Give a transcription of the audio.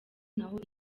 naho